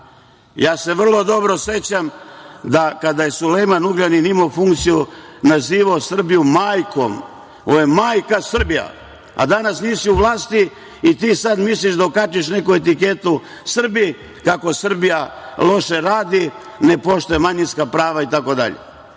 Ja se vrlo dobro sećam kada je Sulejman Ugljanin imao funkciju, nazivao je Srbiju majkom, ovo je majka Srbija, a danas nije u vlasti i on sad misli da okači neku etiketu Srbiji kako Srbija loše radi, ne poštuje manjinska prava, itd.